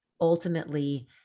ultimately